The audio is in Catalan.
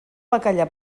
bacallà